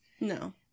No